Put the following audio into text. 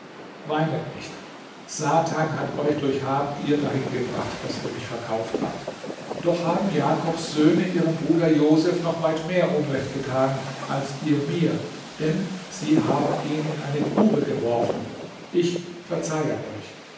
weinet nicht satan hat euch durch habgier dahin gebracht daß ihr mich verkauft habt doch haben jakobs söhne ihrem bruder joseph noch weit mehr unrecht getan als ihr mir denn sie haben ihn in eine grube geworfen ich verzeihe euch